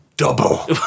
Double